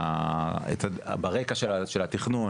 ברקע של התכנון,